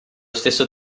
stesso